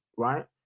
right